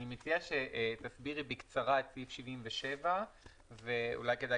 מציע שתסבירי בקצרה את סעיף 77 ואולי כדאי